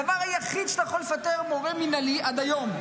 הדבר היחיד שעליו אתה יכול לפטר מורה עד היום,